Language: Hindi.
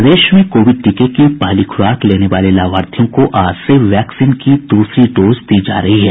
प्रदेश में कोविड टीके की पहली खुराक लेने वाले लाभार्थियों को आज से वैक्सीन की दूसरी डोज दी जा रही है